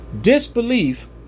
disbelief